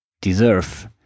deserve